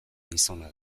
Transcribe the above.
gizona